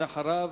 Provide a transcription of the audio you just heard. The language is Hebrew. ולאחריו,